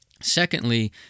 Secondly